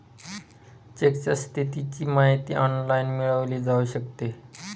चेकच्या स्थितीची माहिती ऑनलाइन मिळवली जाऊ शकते